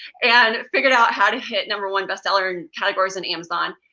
and figured out how to hit number one bestseller categories in amazon.